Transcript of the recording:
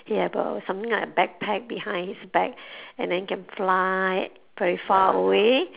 ya but something like a backpack behind his back and then can fly very far away